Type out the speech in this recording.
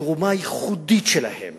והתרומה הייחודית שלהם